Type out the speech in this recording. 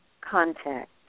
contact